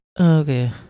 okay